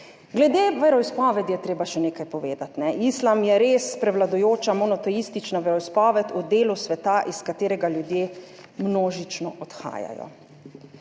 Glede veroizpovedi je treba še nekaj povedati. Islam je res prevladujoča monoteistična veroizpoved v delu sveta, iz katerega ljudje množično odhajajo.